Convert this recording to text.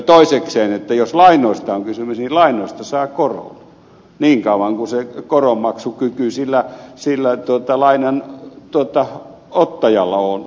toisekseen jos lainoista on kysymys niin lainoista saa koron niin kauan kuin se koronmaksukyky sillä lainanottajalla on